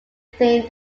thing